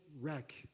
wreck